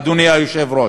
אדוני היושב-ראש.